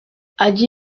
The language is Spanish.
allí